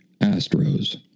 Astros